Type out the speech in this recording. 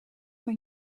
van